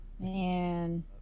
man